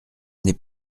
n’est